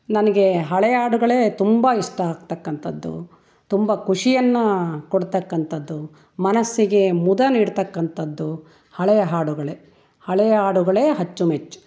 ನನಗೆ ಹಳೆ ಹಾಡುಗಳೇ ತುಂಬ ಇಷ್ಟ ಆಗ್ತಕ್ಕಂಥದ್ದು ತುಂಬ ಖುಷಿಯನ್ನು ಕೊಡ್ತಕ್ಕಂಥಕ್ಕದ್ದು ಮನಸ್ಸಿಗೆ ಮುದ ನೀಡ್ತಕ್ಕಂಥದ್ದು ಹಳೆಯ ಹಾಡುಗಳೆ ಹಳೆಯ ಹಾಡುಗಳೇ ಅಚ್ಚುಮೆಚ್ಚು